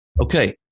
Okay